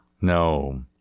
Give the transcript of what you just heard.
no